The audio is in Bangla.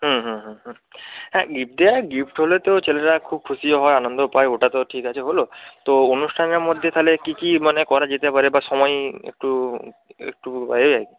হুম হুম হুম হুম হ্যাঁ গিফট দেওয়া গিফট হলে তো ছেলেরা খুব খুশি হয় আনন্দও পায় ওটা তো ঠিক আছে হলো তো অনুষ্ঠানের মধ্যে তাহলে কী কী মানে করা যেতে পারে বা সময়ে একটু একটু আর কি